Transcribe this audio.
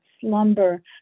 slumber